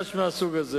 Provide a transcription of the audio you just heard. ויש לי בקשה.